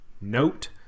note